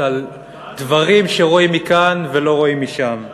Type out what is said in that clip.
על דברים שרואים מכאן ולא רואים משם.